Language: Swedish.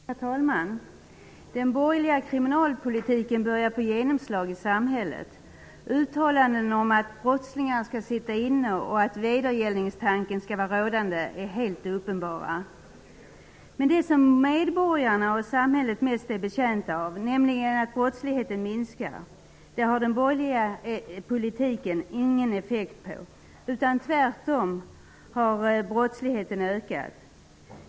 Herr talman! Den borgerliga kriminalpolitiken börjar få genomslag i samhället. Uttalanden görs om att brottslingar skall sitta inne och att vedergällningstanken skall vara rådande. Men det som medborgarna och samhället mest är betjänt av, nämligen att brottsligheten minskar, har den borgerliga politiken ingen effekt på. Tvärtom har brottsligheten ökat.